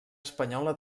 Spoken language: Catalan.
espanyola